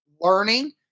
learning